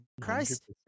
Christ